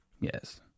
Yes